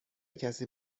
کسی